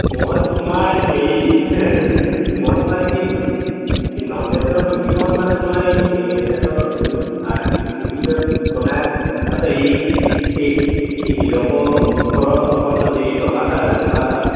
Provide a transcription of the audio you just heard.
মই তোমাৰ হেৰি মই তোমাৰ এই নন্দেশ্বৰ মেধিৰ ঘৰত মানে তোমাৰ এই এই তেহেঁতৰ যোনটো আৰ চি চি বিল্ডিংটো যে বনাই আছে এই এই এই হিৰকৰ ঘৰৰ ফ্ৰণ্টতযে যে টপা ছাৰ যে টপা ছাৰ